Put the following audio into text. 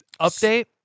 Update